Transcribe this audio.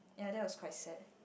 ya that was quite sad